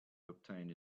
obtained